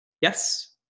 Yes